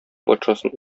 патшасын